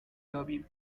یابیم